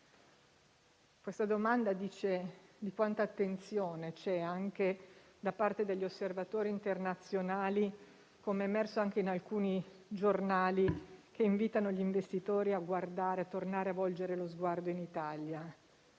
Questa domanda dice quanta attenzione c'è anche da parte degli osservatori internazionali, com'è emerso anche in alcuni giornali, che invitano gli investitori tornare a volgere lo sguardo all'Italia.